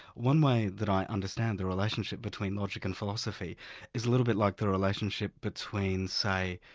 one way that i understand the relationship between logic and philosophy is a little bit like the relationship between, say,